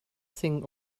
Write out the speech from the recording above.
thing